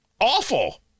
awful